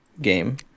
game